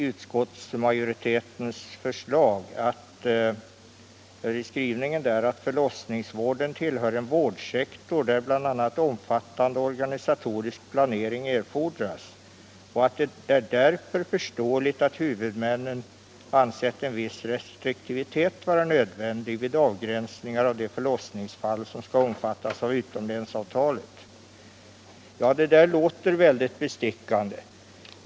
Utskottsmajoriteten säger i sin skrivelse att ”förlossningsvården tillhör en vårdsektor, där bl.a. omfattande organisatorisk planering erfordras. Det är därför förståeligt att huvudmännen ansett en viss restriktivitet vara nödvändig vid avgränsningen av de förlossningsfall, som skall omfattas av utomlänsavtalet.” Det där låter mycket bestickande.